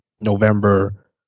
November